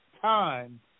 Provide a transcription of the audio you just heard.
time